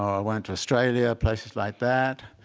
or went to australia, places like that.